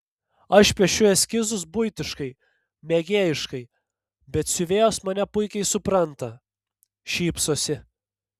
aš piešiu eskizus buitiškai mėgėjiškai bet siuvėjos mane puikiai supranta šypsosi